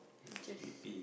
it's just